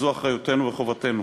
זו אחריותנו וחובתנו.